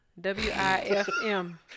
W-I-F-M